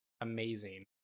Amazing